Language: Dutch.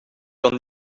kan